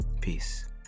peace